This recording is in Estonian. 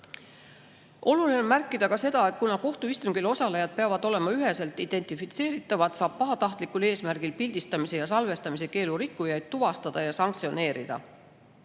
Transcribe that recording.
on märkida ka seda, et kuna kohtuistungil osalejad peavad olema üheselt identifitseeritavad, siis saab pahatahtlikul eesmärgil pildistamise ja salvestamise keeldu rikkunuid tuvastada ja sanktsioneerida. Kõlas